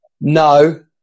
No